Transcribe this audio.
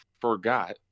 forgot